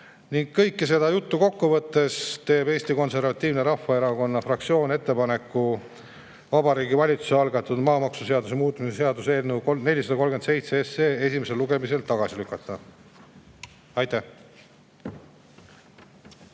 Kõike seda juttu kokku võttes teeb Eesti Konservatiivse Rahvaerakonna fraktsioon ettepaneku Vabariigi Valitsuse algatatud maamaksuseaduse muutmise seaduse eelnõu 437 esimesel lugemisel tagasi lükata. Aitäh!